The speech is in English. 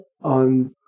on